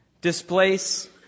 displace